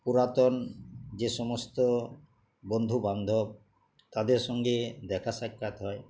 পুরাতন যে সমস্ত বন্ধু বান্ধব তাদের সঙ্গে দেখা সাক্ষাৎ হয়